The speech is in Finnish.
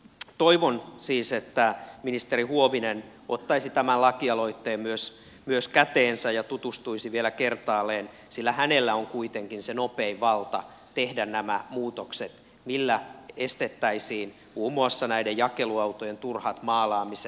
toivon siis että ministeri huovinen ottaisi tämän lakialoitteen myös käteensä ja tutustuisi siihen vielä kertaalleen sillä hänellä on kuitenkin se nopein valta tehdä nämä muutokset millä estettäisiin muun muassa näiden jakeluautojen turhat maalaamiset